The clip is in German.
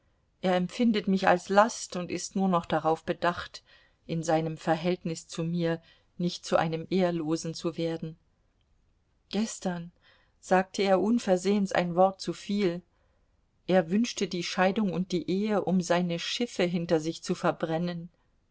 er empfindet mich als last und ist nur noch darauf bedacht in seinem verhältnis zu mir nicht zu einem ehrlosen zu werden gestern sagte er unversehens ein wort zuviel er wünschte die scheidung und die ehe um seine schiffe hinter sich zu verbrennen